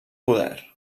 poder